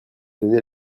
donné